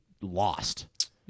lost